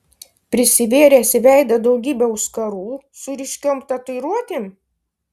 prisivėręs į veidą daugybę auskarų su ryškiom tatuiruotėm